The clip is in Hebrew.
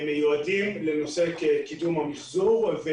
מיועדים לנושא קידום המחזור.